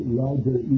larger